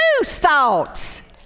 thoughts